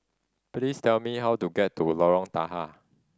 please tell me how to get to Lorong Tahar